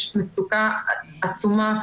יש מצוקה עצומה.